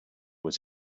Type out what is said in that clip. was